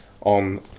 on